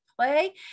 play